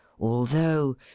Although